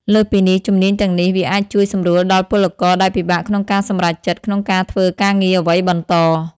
លើសពីនេះជំនាញទាំងនេះវាអាចជួយសម្រួលដល់ពលករដែលពិបាកក្នុងការសម្រេចចិត្តក្នុងការធ្វើការងារអ្វីបន្ត។